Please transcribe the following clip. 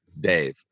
Dave